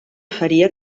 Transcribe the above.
faria